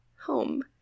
home